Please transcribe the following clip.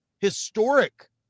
historic